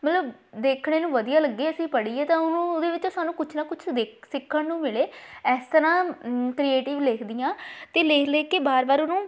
ਮਤਲਬ ਦੇਖਣੇ ਨੂੰ ਵਧੀਆ ਲੱਗੇ ਅਸੀਂ ਪੜ੍ਹੀਏ ਤਾਂ ਉਹਨੂੰ ਉਹਦੇ ਵਿੱਚ ਸਾਨੂੰ ਕੁਝ ਨਾ ਕੁਝ ਦੇ ਸਿੱਖਣ ਨੂੰ ਮਿਲੇ ਇਸ ਤਰ੍ਹਾਂ ਕ੍ਰੀਏਟਿਵ ਲਿਖਦੀ ਹਾਂ ਅਤੇ ਲਿਖ ਲਿਖ ਕੇ ਬਾਰ ਬਾਰ ਉਹਨੂੰ